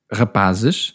rapazes